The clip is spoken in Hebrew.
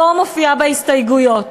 לא מופיעה בהסתייגויות.